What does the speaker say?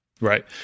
Right